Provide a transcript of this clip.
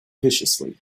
viciously